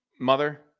mother